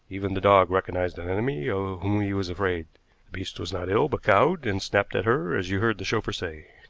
even the dog recognized an enemy of whom he was afraid. the beast was not ill, but cowed, and snapped at her as you heard the chauffeur say.